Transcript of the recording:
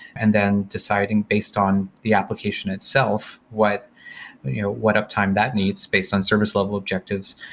and then deciding based on the application itself, what you know what uptime that needs based on service level objectives.